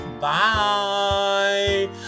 Bye